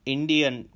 Indian